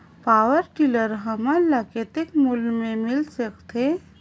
Power tiller हमन ल कतेक मूल्य मे मिल सकथे?